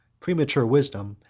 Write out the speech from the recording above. premature wisdom,